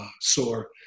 soar